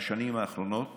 בשנים האחרונות